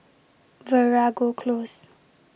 Veeragoo Close